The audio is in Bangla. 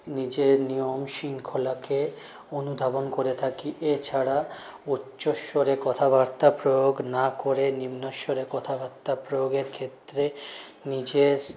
নিজের নিয়ম শৃঙ্খলাকে অনুধাবন করে থাকি এছাড়া উচ্চস্বরে কথাবার্তা প্রয়োগ না করে নিম্নস্বরে কথাবার্তা প্রয়োগের ক্ষেত্রে নিজের